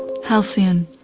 halcion,